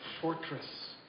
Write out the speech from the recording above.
Fortress